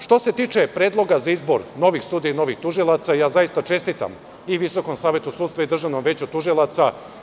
Što se tiče predloga za izbor novih sudija i novih tužilaca, zaista čestitam i Visokom savetu sudstva i Državnom veću tužilaca.